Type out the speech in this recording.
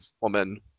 woman